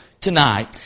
tonight